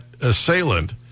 assailant